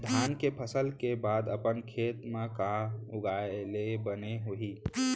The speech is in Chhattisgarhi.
धान के फसल के बाद अपन खेत मा का उगाए ले बने होही?